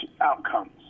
outcomes